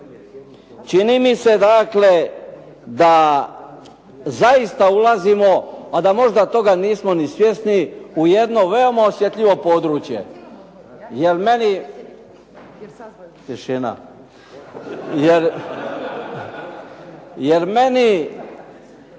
Čini mi se dakle da zaista ulazimo, a da možda toga nismo ni svjesni u jedno veoma osjetljivo područje, jer meni